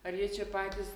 ar jie čia patys